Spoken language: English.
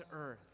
earth